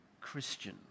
Christian